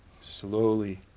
slowly